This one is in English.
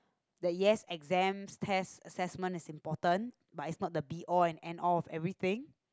that yes exams tests assessment is important but it's not the be all and end all of everything